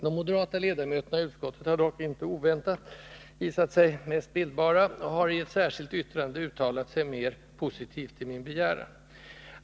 De moderata ledamöterna i socialutskottet har dock — icke oväntat — visat sig mest bildbara och har i ett särskilt yttrande uttalat sig mera positivt till min begäran.